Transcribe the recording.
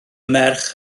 merch